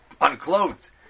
unclothed